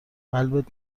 قلبت